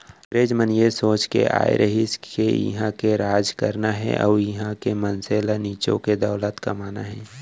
अंगरेज मन ए सोच के आय रहिन के इहॉं राज करना हे अउ इहॉं के मनसे ल निचो के दौलत कमाना हे